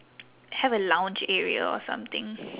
have a lounge area or something